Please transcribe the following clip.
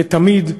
כתמיד,